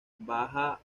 bajo